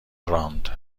راند